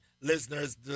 listeners